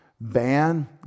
ban